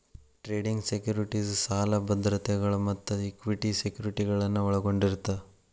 trading securities ಸಾಲ ಭದ್ರತೆಗಳ ಮತ್ತ ಇಕ್ವಿಟಿ ಸೆಕ್ಯುರಿಟಿಗಳನ್ನ ಒಳಗೊಂಡಿರತ್ತ